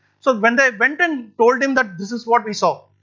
so when they went and told him that this is what we saw,